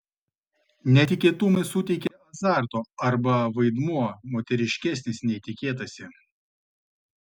netikėtumai suteikia azarto arba vaidmuo moteriškesnis nei tikėtasi